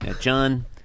John